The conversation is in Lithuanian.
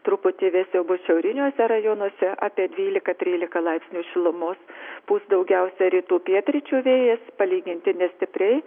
truputį vėsiau bus šiauriniuose rajonuose apie dvylika trylika laipsnių šilumos pūs daugiausia rytų pietryčių vėjas palyginti nestipriai